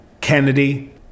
Kennedy